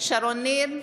שרון ניר,